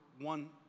one